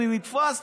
אני נתפס,